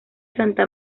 santa